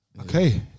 Okay